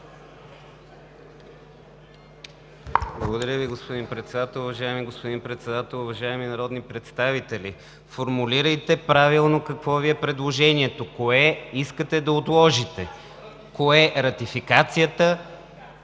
Благодаря Ви, господин Председател. Уважаеми господин Председател, уважаеми народни представители! Формулирайте правилно какво Ви е предложението. Кое искате да отложите? Кое? Ратификацията,